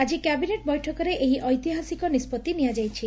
ଆଳି କ୍ୟାବିନେଟ୍ ବୈଠକରେ ଏହି ଐତିହାସିକ ନିଷ୍ବଭି ନିଆଯାଇଛି